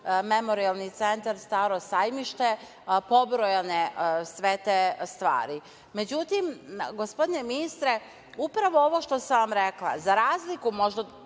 Memorijalni centar „Staro sajmište“, pobrojane sve te stvari.Međutim, gospodine ministre, upravo ovo što sam vam rekla, za razliku, možda